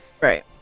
Right